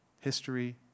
History